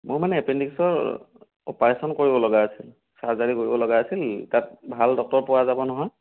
মোৰ মানে এপেণ্ডিক্সৰ অপাৰেশ্যন কৰিবলগীয়া আছিল চাৰ্জাৰী কৰিব লগা আছিল তাত ভাল ডক্টৰ পোৱা যাব নহয়